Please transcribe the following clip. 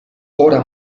ora